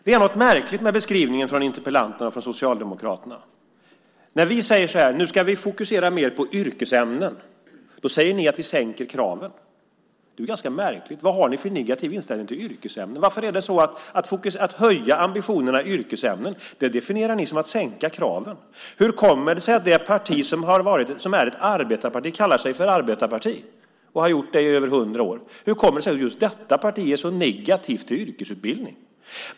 Det är något märkligt med beskrivningen i dessa socialdemokratiska interpellationer. När vi säger att vi ska fokusera mer på yrkesämnen säger ni att vi sänker kraven. Det är märkligt. Vad har ni för negativ inställning till yrkesämnen? Att höja ambitionerna i yrkesämnen definierar ni som att sänka kraven. Hur kommer det sig att det parti som kallar sig för ett arbetarparti, och har gjort det i över hundra år, är så negativt till yrkesutbildning?